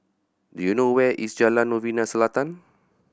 do you know where is Jalan Novena Selatan